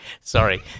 sorry